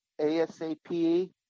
ASAP